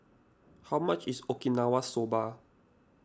how much is Okinawa Soba